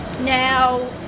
Now